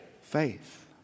Faith